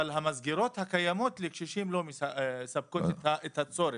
אבל המסגרות הקיימות לקשישים לא מספקות את הצורך,